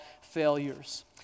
failures